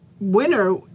Winner